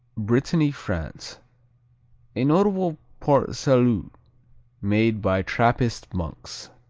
brittany, france a notable port-salut made by trappist monks.